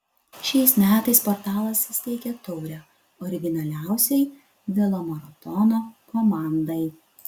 šiais metais portalas įsteigė taurę originaliausiai velomaratono komandai